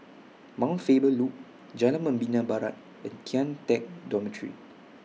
Mount Faber Loop Jalan Membina Barat and Kian Teck Dormitory